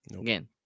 Again